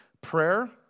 prayer